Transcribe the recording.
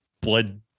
blood